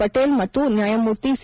ಪಟೀಲ್ ಮತ್ತು ನ್ಯಾಯಮೂರ್ತಿ ಸಿ